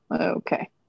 okay